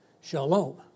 shalom